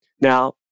Now